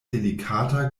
delikata